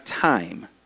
time